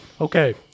Okay